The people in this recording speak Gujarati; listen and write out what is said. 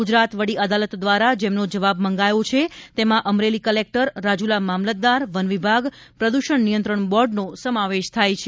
ગુજરાત વડી અદાલત દ્વારા જેમનો જવાબ મંગાયો છે તેમાં અમરેલી કલેક્ટર રાજુલા મામલતદાર વનવિભાગ પ્રદૂષણ નિયંત્રણ બોર્ડનો સમાવેશ થાય છે